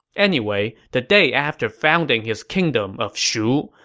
anyway, the day after founding his kingdom of shu,